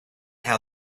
how